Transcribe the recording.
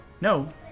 No